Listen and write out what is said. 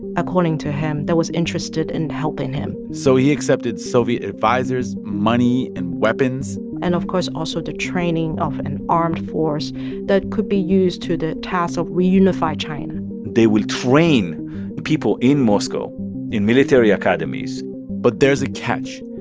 according to him, that was interested in helping him so he accepted soviet advisers, money and weapons and of course also the training of an armed force that could be used to the task of reunifying china they will train people in moscow in military academies but there's a catch.